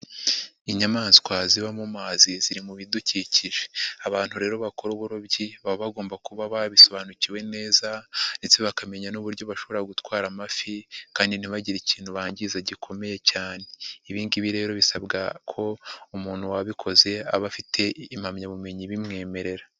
Inyamaswa ziba mu mazi ziri mu bidukikije, abantu rero bakora uburobyi baba bagomba kuba babisobanukiwe neza ndetse bakamenya n'uburyo bashobora gutwara amafi kandi ntibagire ikintu bangiza gikomeye cyane, ibingibi rero bisabwa ko umuntu wabikoze aba afite impamyabumenyi ibimwemerera.